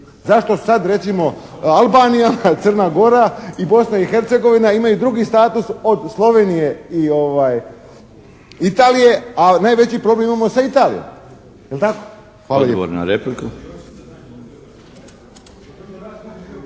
Zašto sada recimo Albanija, Crna Gora i Bosna i Hercegovina imaju drugi status od Slovenije i Italije a najveći problem imamo sa Italijom, je li tako? **Milinović,